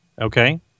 okay